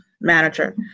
manager